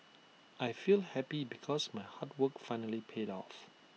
I feel happy because my hard work finally paid off